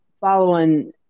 following